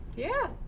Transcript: yeah.